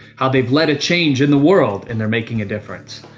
how they've let it change in the world, and they're making a difference.